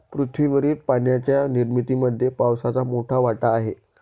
पृथ्वीवरील पाण्याच्या निर्मितीमध्ये पावसाचा मोठा वाटा आहे